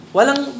Walang